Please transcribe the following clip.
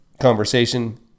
conversation